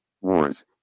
wars